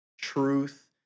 truth